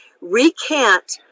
recant